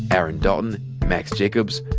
aaron dalton, max jacobs,